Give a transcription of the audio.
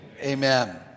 Amen